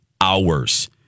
hours